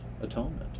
atonement